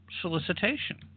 solicitation